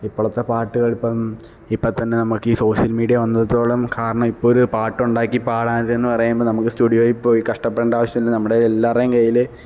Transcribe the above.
ഇപ്പോഴത്തെ പാട്ടുകള് ഇപ്പം ഇപ്പം തന്നെ നമുക്ക് ഈ സോഷ്യല് മീഡിയ വന്നത്തോളം കാരണം ഇപ്പോൾ ഒരു പാട്ട് ഉണ്ടാക്കി പാടാന് എന്ന് പറയുമ്പോൾ നമുക്ക് സ്റ്റുഡിയോയില് പോയി കഷ്ടപ്പെടേണ്ട ആവശ്യം ഇല്ല നമ്മുടെ എല്ലാവരുടെയും കൈയ്യിൽ